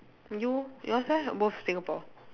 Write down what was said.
you yours eh both Singapore